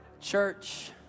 Church